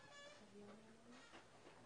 למה אני אומר את כל זה?